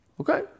Okay